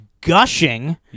Gushing